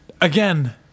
again